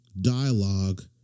dialogue